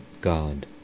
God